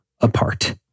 apart